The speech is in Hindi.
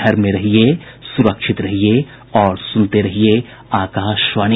घर में रहिये सुरक्षित रहिये और सुनते रहिये आकाशवाणी